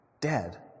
dead